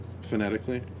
phonetically